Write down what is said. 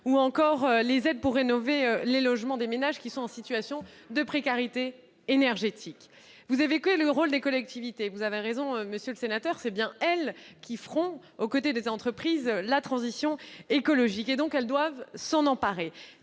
ou les aides pour rénover les logements des ménages en situation de précarité énergétique. Vous avez évoqué le rôle des collectivités. Vous avez raison, monsieur le sénateur, ce sont bien elles qui feront, aux côtés des entreprises, la transition écologique. Aussi, elles doivent s'en emparer,